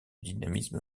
dynamisme